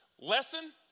lesson